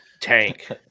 Tank